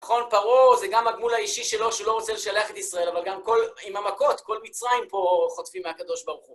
נכון, פרעה זה גם הגמול האישי שלו, שלא רוצה לשלח את ישראל, אבל גם עם המכות, כל מצרים פה חוטפים מהקדוש ברוך הוא.